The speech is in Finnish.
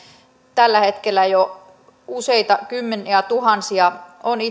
tällä hetkellä jo useita kymmeniätuhansia on